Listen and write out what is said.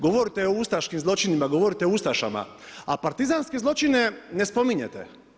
Govorite o ustaškim zločinima, govorite o ustašama, a partizanske zločine ne spominjete.